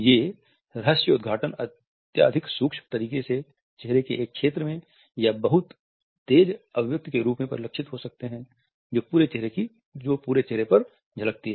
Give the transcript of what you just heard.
ये रहस्योद्धाटन अत्यधिक सूक्ष्म तरीके से चेहरे के एक क्षेत्र में या बहुत तेज अभिव्यक्ति के रूप में परिलक्षित हो सकते हैं जो पूरे चेहरे पर झलकती है